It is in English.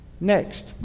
Next